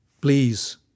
Please